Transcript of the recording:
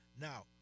Now